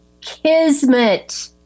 Kismet